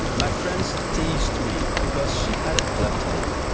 ah my friends teased me, because she had a cleft lip.